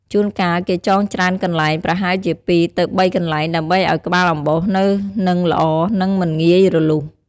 ជួនកាលគេចងច្រើនកន្លែង ប្រហែលជា ២ ទៅ ៣ កន្លែង ដើម្បីឲ្យក្បាលអំបោសនៅនឹងល្អ និងមិនងាយរលុះ។